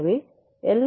எனவே எல்